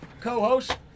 co-host